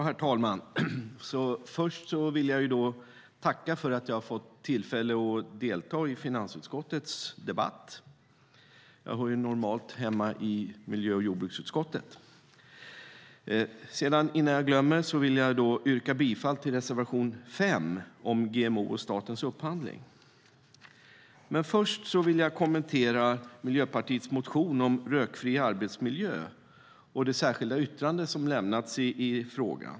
Herr talman! Först vill jag tacka för att jag har fått tillfälle att delta i finansutskottets debatt. Jag hör ju normalt hemma i miljö och jordbruksutskottet. Innan jag glömmer det vill jag yrka bifall till reservation 5 om GMO och statens upphandling. Men först vill jag kommentera Miljöpartiets motion om rökfri arbetsmiljö och det särskilda yttrande som har lämnats i frågan.